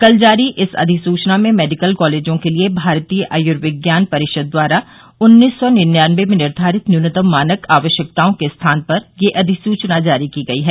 कल जारी इस अधिसुचना में मेडिकल कॉलेजों के लिए भारतीय आयुर्विज्ञान परिषद द्वारा उन्नीस सौ निन्यानबे में निर्धारित न्यूनतम मानक आवश्यकताओं के स्थान पर यह अधिसुचना जारी की गई है